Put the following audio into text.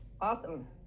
awesome